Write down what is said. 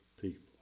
people